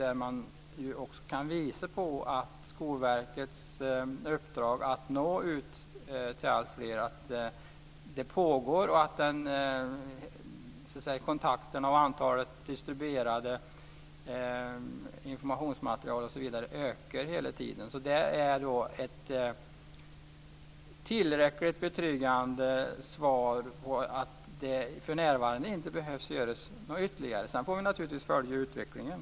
Den visar på att Skolverkets uppdrag att nå ut till alltfler pågår och att kontakten och mängden distribuerat informationsmaterial hela tiden ökar. Ett tillräckligt betryggande svar är att det för närvarande inte behöver göras något ytterligare. Sedan får vi naturligtvis följa utvecklingen.